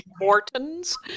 Mortons